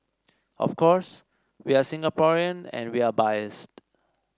of course we are Singaporean and we are biased